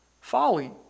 folly